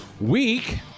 week